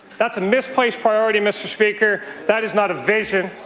that's a misplaced priority, mr. speaker. that is not a vision.